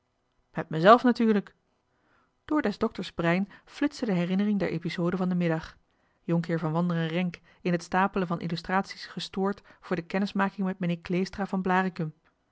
met mezelf natuurlijk door des dokters brein flitste de herinnering der episoden van den middag jhr van wanderen renck in het stapelen van illustraties gestoord vr de kennismaking met meneer kleestra van blaricum